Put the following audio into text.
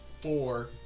four